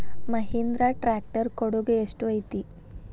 Mahindra tractor ಕೊಡುಗೆ ಎಷ್ಟು ಐತಿ?